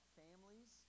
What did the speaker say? families